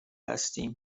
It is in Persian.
هستیم